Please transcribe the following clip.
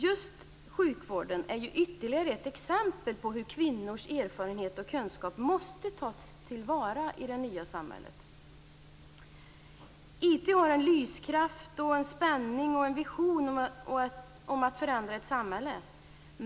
Just sjukvården är ytterligare ett exempel på hur kvinnors erfarenhet och kunskap måste tas till vara i det nya samhället. IT har en lyskraft av spänning och en vision om ett förändrat samhälle.